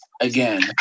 again